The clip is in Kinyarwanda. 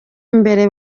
imbere